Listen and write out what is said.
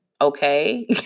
Okay